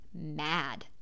mad